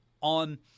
on